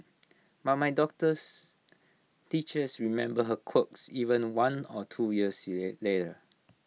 but my daughter's teachers remember her quirks even one or two years later